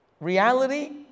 reality